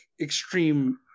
extreme